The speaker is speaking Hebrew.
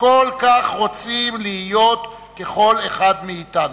שכל כך רוצים להיות ככל אחד מאתנו.